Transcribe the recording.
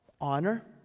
Honor